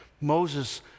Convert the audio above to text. Moses